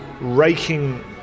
raking